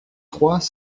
trois